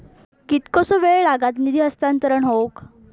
कितकोसो वेळ लागत निधी हस्तांतरण हौक?